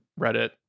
Reddit